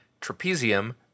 trapezium